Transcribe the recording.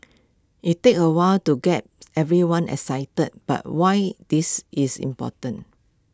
IT takes A while to get everyone excited about why this is important